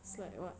oh